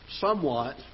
somewhat